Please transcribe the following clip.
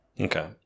Okay